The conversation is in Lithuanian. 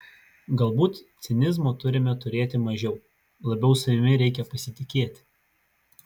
galbūt cinizmo turime turėti mažiau labiau savimi reikia pasitikėti